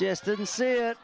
just didn't see it